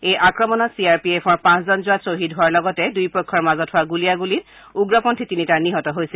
এই আক্ৰমণত C R P এফৰ পাঁচজন জোৱান খহীদ হোৱাৰ লগতে দুয়োপক্ষৰ মাজত হোৱা গুলিয়াগুলীত উগ্ৰপন্থী তিনিটা নিহত হৈছিল